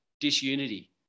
disunity